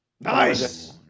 Nice